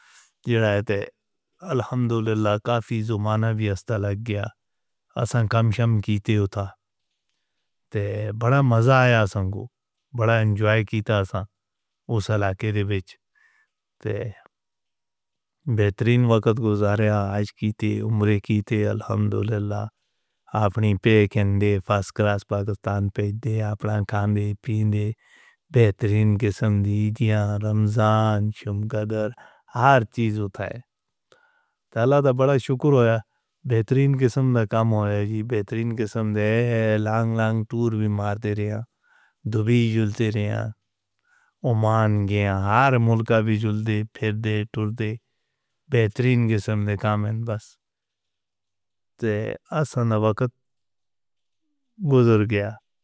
اللہ نے کافی زمانہ ویہستہ لگ گیا، اساں کمشم کیتے اتھاں، تے بڑا مزہ آیا سن کو، بڑا انجوائے کیتا اساں اس علاقے دے وچ، تے بہترین وقت گزاریا، عاشق کیتے عمرے کیتے، الحمدللہ اپنی پہکین دے، فاسکراس پاکستان پھیندے، اپنے کھاندے پین دے، بہترین قسم دی جیاں رمضان، شمدادر، ہر چیز اتھائے، تالا تھا بڑا شکر ہویا، بہترین قسم دا کام ہویا جی، بہترین قسم دے، لانگ لانگ ٹور بھی مار دے رہے ہیں، دبئی جلتے رہے ہیں، عمان گئے ہیں، ہر ملکہ بھی جلتے، پھردے، ٹردے، بہترین قسم دے کام ہیں بس، تے اساں دا وقت گزر گیا.